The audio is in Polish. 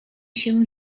się